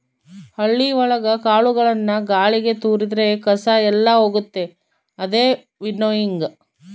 ಹಳ್ಳಿ ಒಳಗ ಕಾಳುಗಳನ್ನು ಗಾಳಿಗೆ ತೋರಿದ್ರೆ ಕಸ ಎಲ್ಲ ಹೋಗುತ್ತೆ ಅದೇ ವಿನ್ನೋಯಿಂಗ್